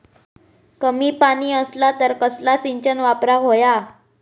कमी पाणी असला तर कसला सिंचन वापराक होया?